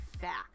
fact